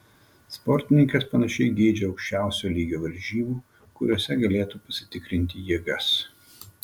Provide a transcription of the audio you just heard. sportininkas panašiai geidžia aukščiausio lygio varžybų kuriose galėtų pasitikrinti jėgas